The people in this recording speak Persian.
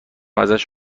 ازش